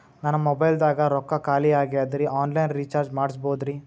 ನನ್ನ ಮೊಬೈಲದಾಗ ರೊಕ್ಕ ಖಾಲಿ ಆಗ್ಯದ್ರಿ ಆನ್ ಲೈನ್ ರೀಚಾರ್ಜ್ ಮಾಡಸ್ಬೋದ್ರಿ?